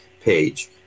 page